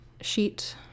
sheet